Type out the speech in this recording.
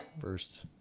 first